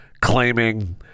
claiming